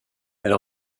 elle